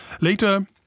later